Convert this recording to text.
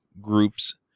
groups